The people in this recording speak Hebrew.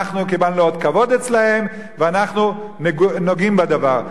אנחנו קיבלנו אות כבוד אצלם, ואנחנו נוגעים בדבר.